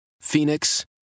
Phoenix